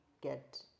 get